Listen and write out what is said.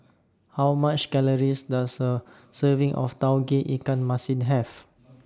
How Many Calories Does A Serving of Tauge Ikan Masin Have